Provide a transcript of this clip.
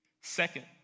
Second